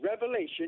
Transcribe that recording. Revelation